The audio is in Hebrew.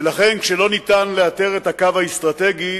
ולכן, כשאי-אפשר לאתר את הקו האסטרטגי,